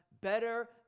better